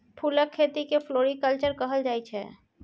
फुलक खेती केँ फ्लोरीकल्चर कहल जाइ छै